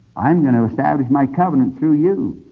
i'm going to establish my covenant through you,